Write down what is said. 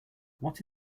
what